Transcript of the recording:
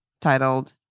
titled